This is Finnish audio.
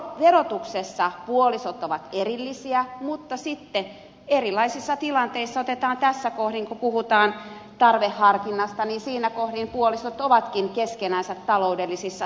verotuksessa puolisot ovat erillisiä mutta sitten erilaisissa tilanteissa tässä kohdin kun puhutaan tarveharkinnasta puolisot ovatkin keskenään taloudellisissa sidoksissa